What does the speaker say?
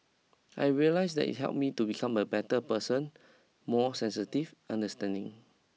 I realised that it helped me to become a better person more sensitive understanding